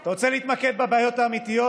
אתה רוצה להתמקד בבעיות האמיתיות?